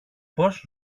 πως